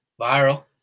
viral